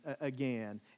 again